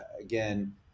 again